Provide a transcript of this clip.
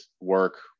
work